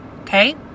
okay